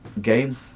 game